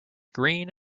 green